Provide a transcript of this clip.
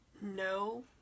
No